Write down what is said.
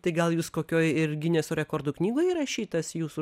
tai gal jūs kokioj ir gineso rekordų knygoj įrašytas jūsų